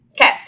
Okay